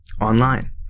online